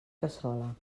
cassola